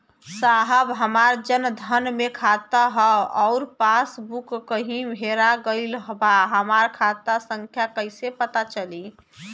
साहब हमार जन धन मे खाता ह अउर पास बुक कहीं हेरा गईल बा हमार खाता संख्या कईसे पता चली?